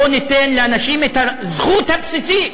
בואו ניתן לאנשים את הזכות הבסיסית